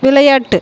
விளையாட்டு